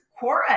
Quora